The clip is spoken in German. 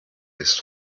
ist